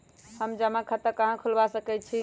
हम जमा खाता कहां खुलवा सकई छी?